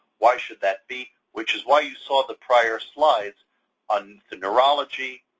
why should that be? which is why you saw the prior slides on the neurology,